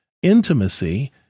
intimacy